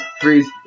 freeze